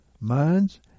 minds